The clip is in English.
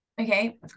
Okay